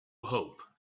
hope